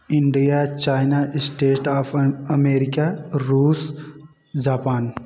India China state of an America रूस Japan